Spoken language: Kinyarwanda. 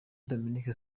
dominique